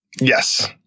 Yes